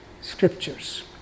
scriptures